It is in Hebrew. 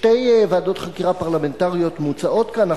שתי ועדות חקירה פרלמנטריות מוצעות כאן.